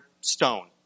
stone